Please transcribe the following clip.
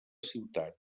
ciutat